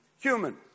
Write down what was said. human